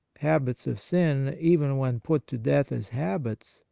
habits of sin, even when put to death as habits,